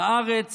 לארץ